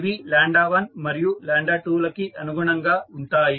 ఇవి 1మరియు 2లకి అనుగుణంగా ఉంటాయి